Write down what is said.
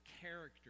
character